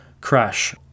Crash